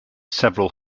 several